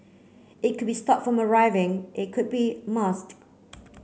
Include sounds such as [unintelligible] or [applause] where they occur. it could be stop from arriving it could be [unintelligible]